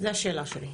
זו השאלה שלי.